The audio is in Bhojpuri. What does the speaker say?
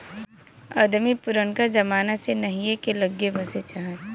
अदमी पुरनका जमाना से नहीए के लग्गे बसे चाहत